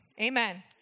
amen